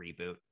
reboot